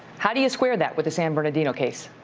how do you square that with the san bernardino case?